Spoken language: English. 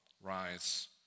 Rise